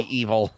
evil